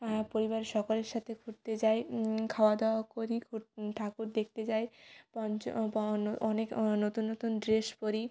পরিবারের সকলের সাথে ঘুরতে যাই খাওয়া দাওয়া করি ঘুর ঠাকুর দেখতে যাই পঞ্চ অনেক নতুন নতুন ড্রেস পরি